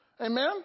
Amen